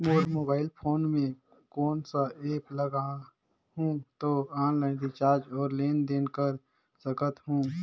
मोर mobile phone मे कोन सा एप्प लगा हूं तो ऑनलाइन रिचार्ज और लेन देन कर सकत हू?